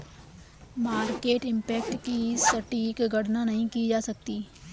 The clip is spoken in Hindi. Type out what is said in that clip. मार्केट इम्पैक्ट की सटीक गणना नहीं की जा सकती